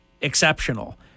exceptional